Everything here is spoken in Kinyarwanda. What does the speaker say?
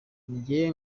njye